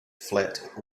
flat